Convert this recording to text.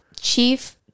Chief